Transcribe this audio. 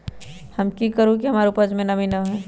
हम की करू की हमार उपज में नमी होए?